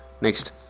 Next